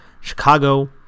Chicago